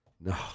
No